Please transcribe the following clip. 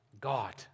God